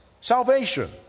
Salvation